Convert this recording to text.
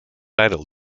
idle